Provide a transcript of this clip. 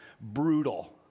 brutal